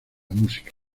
música